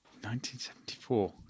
1974